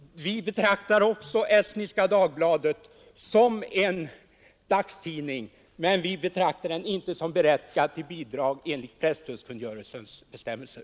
Vi betraktar också Estniska Dagbladet som en dagstidning men anser den tidningen inte vara berättigad till bidrag enligt presstödskungörelsens bestämmelser,